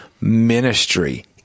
Ministry